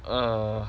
err